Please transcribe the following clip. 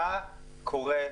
מה קורה?